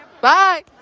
Bye